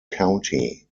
county